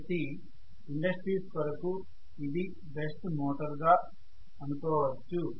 కాబట్టి ఇండస్ట్రీస్ కొరకు ఇది బెస్ట్ మోటార్ గా అనుకోవచ్చు